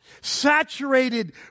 saturated